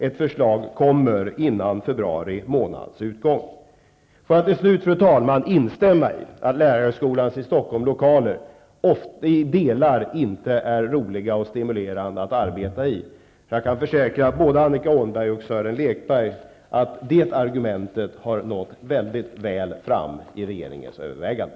Ett förslag kommer innan februari månads utgång. Fru talman! Jag instämmer i att lokalerna hos lärarhögskolan i Stockholm i delar inte är roliga och stimulerande att arbeta i. Jag kan försäkra både Annika Åhnberg och Sören Lekberg att det argumentet har nått väl fram i regeringens överväganden.